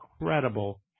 incredible